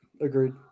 Agreed